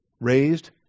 Raised